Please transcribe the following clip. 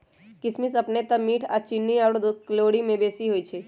किशमिश अपने तऽ मीठ आऽ चीन्नी आउर कैलोरी में बेशी होइ छइ